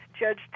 judge